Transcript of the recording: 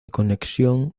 conexión